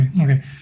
Okay